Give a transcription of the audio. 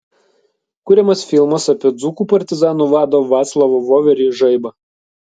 kuriamas filmas apie dzūkų partizanų vadą vaclovą voverį žaibą